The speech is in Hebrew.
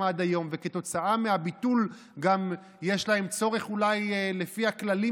עד היום וכתוצאה מהביטול גם יש להם צורך אולי לפי הכללים